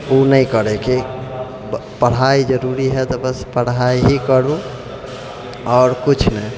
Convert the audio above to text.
ओ नहि करैके पढ़ाइ जरूरी हइ तऽ बस पढ़ाइ ही करू आओर किछु नहि